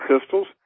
pistols